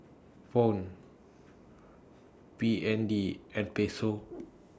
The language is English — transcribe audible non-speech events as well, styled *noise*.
phone B N D and Peso *noise*